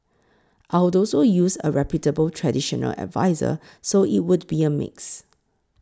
I'd also use a reputable traditional adviser so it would be a mix